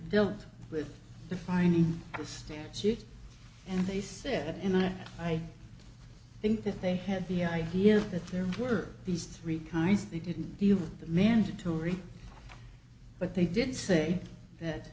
dealt with defining the statute and they said in a i think that they had the idea that there were these three cars they didn't deal with the mandatory but they did say that